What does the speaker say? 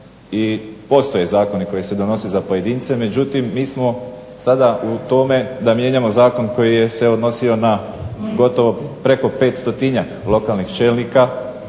I postoje zakoni koji se donose za pojedince. Međutim, mi smo sada u tome da mijenjamo zakon koji se odnosio na gotovo preko petstotinjak lokalnih čelnika,